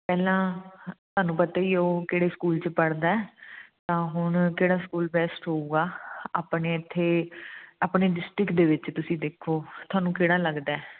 ਪਹਿਲਾਂ ਤੁਹਾਨੂੰ ਪਤਾ ਹੀ ਉਹ ਕਿਹੜੇ ਸਕੂਲ 'ਚ ਪੜ੍ਹਦਾ ਤਾਂ ਹੁਣ ਕਿਹੜਾ ਸਕੂਲ ਬੈਸਟ ਹੋਊਗਾ ਆਪਣੇ ਇਥੇ ਆਪਣੇ ਡਿਸਟਰਿਕਟ ਦੇ ਵਿੱਚ ਤੁਸੀਂ ਦੇਖੋ ਤੁਹਾਨੂੰ ਕਿਹੜਾ ਲੱਗਦਾ